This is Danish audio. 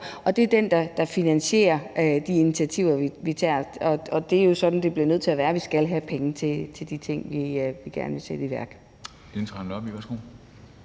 og det er den, der finansierer de initiativer, vi tager, og det er jo sådan, det bliver nødt til at være – vi skal have penge til de ting, vi gerne vil sætte i værk.